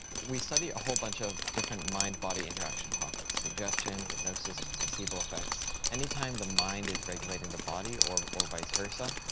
we study a whole bunch of different mind, body interaction topics suggestion, hypnosis, placebo effects, anytime the mind is regulating the body or or vice versa,